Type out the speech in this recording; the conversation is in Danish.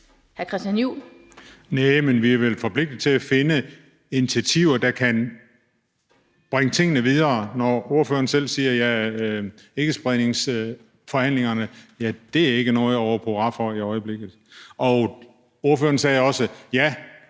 er vel forpligtet til at finde initiativer, der kan bringe tingene videre, når ordføreren selv siger, at ikkespredningsforhandlingerne ikke er noget at råbe hurra for i øjeblikket. Ordføreren sagde også: Ja,